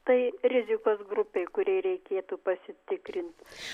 tai rizikos grupei kuriai reikėtų pasitikrinti